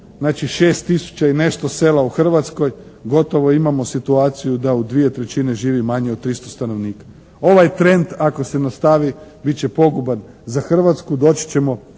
znači 6 tisuća i nešto sela u Hrvatskoj gotovo imamo situaciju da u dvije trećine živi manje od 300 stanovnika. Ovaj trend ako se nastavi bit će poguban za Hrvatsku. Doći ćemo